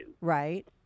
Right